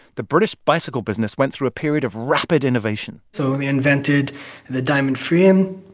the british bicycle business went through a period of rapid innovation so they invented the diamond frame,